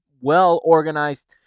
well-organized